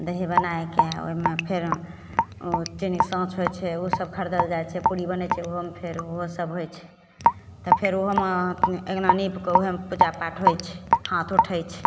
दही बनाइके ओइमे फेर ओ चीनी सौंस होइ छै फेर उसब खरिदल जाइ छै पूड़ी बनय छै ओहोमे फेर ओहोसब होइ छै तब फेर ओहोमे अँगना नीपकऽ उहेमे पूजापाठ होइ छै हाथ उठय छै